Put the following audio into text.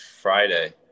Friday